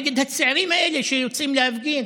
נגד הצעירים האלה שיוצאים להפגין,